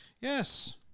Yes